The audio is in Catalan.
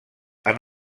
han